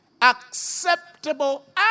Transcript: acceptable